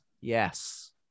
Yes